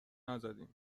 نزدیم